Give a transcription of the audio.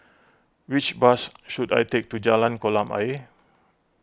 which bus should I take to Jalan Kolam Ayer